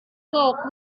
bulk